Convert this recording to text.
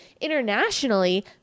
internationally